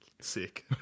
Sick